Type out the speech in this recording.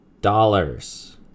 dollars